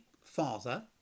Father